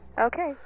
Okay